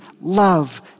love